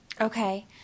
Okay